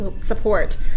support